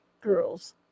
girls